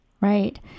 right